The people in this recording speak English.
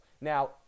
Now